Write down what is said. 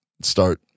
start